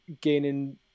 gaining